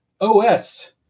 OS